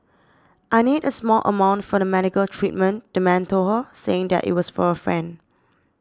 I need a small amount for the medical treatment the man told her saying that it was for a friend